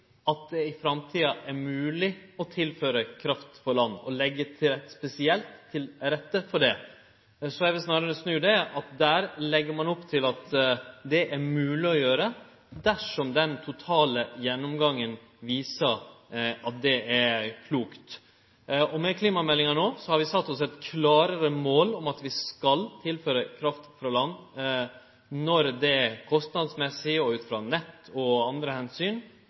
at det i framtida skal vere mogleg å tilføre kraft frå land, og legg spesielt til rette for det. Så eg vil snarare snu på det: Der legg ein opp til at det er mogleg å gjere det, dersom den totale gjennomgangen viser at det er klokt. Med klimameldinga har vi sett oss eit klarare mål om at vi skal tilføre kraft frå land når det kostnadsmessig og ut frå nett og andre